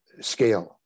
scale